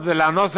לי מחברי,